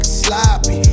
sloppy